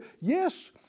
Yes